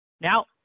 Now